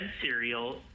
cereal